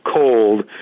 cold